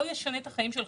לא ישנה את החיים שלך.